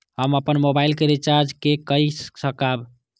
हम अपन मोबाइल के रिचार्ज के कई सकाब?